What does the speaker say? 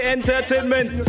Entertainment